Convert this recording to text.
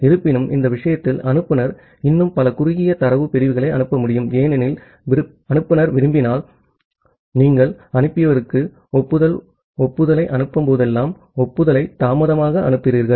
இருப்பினும் இந்த விஷயத்தில் அனுப்புநர் விரும்பினால் இன்னும் பல குறுகிய தரவு பிரிவுகளை அனுப்ப முடியும் ஆகவே நீங்கள் அனுப்பியவருக்கு ஒப்புதல் ஒப்புதலை அனுப்பும்போதெல்லாம் ஒப்புதலை தாமதமாக அனுப்புகிறீர்கள்